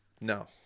No